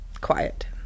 quiet